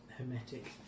Hermetic